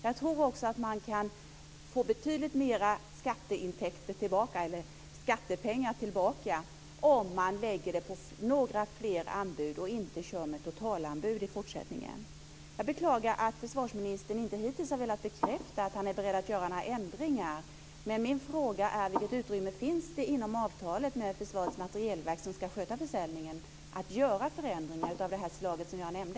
Jag tror dessutom att man kan få betydligt mer skattepengar tillbaka om man lägger det på något fler anbud och inte kör med totalanbud i fortsättningen. Jag beklagar att försvarsministern inte hittills har velat bekräfta att han är beredd att göra några ändringar. Min fråga är: Vilket utrymme finns det inom avtalet med Försvarets materielverk, som ska sköta försäljningen, för förändringar av det slag som jag nämnde?